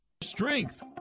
Strength